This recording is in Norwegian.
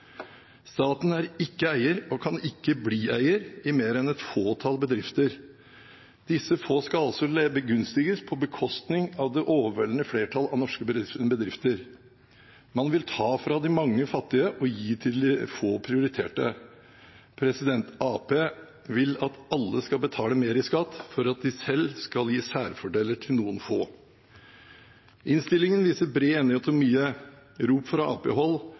Staten er ikke eier og kan ikke bli eier i mer enn et fåtall bedrifter. Disse få skal altså begunstiges på bekostning av det overveldende flertall av norske bedrifter. Man vil ta fra de mange fattige og gi til de få prioriterte. Arbeiderpartiet vil at alle skal betale mer i skatt for at de selv skal gi særfordeler til noen få. Innstillingen viser bred enighet om mye. Rop fra